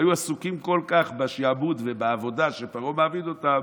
הם היו עסוקים כל כך בשעבוד ובעבודה שפרעה מעביד אותם,